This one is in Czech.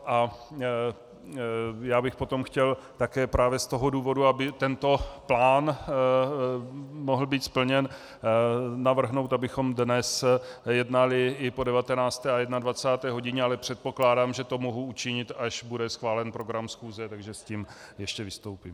A já bych potom chtěl právě z toho důvodu, aby tento plán mohl být splněn, navrhnout, abychom dnes jednali i po 19. a 21. hodině, ale předpokládám, že to mohu učinit, až bude schválen program schůze, takže s tím ještě vystoupím.